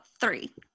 three